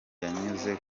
yanyuze